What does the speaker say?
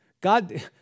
God